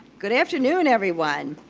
good afternoon, everyone.